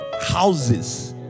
houses